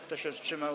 Kto się wstrzymał?